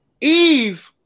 Eve